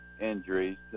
injuries